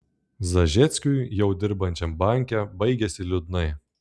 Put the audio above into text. zažeckiui jau dirbančiam banke baigėsi liūdnai